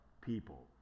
people